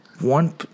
One